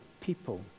people